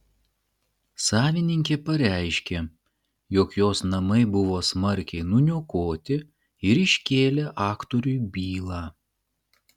savininkė pareiškė jog jos namai buvo smarkiai nuniokoti ir iškėlė aktoriui bylą